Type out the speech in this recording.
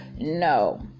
no